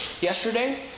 yesterday